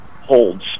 holds